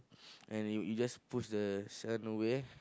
and you you just push the son away